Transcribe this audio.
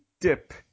dip